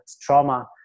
trauma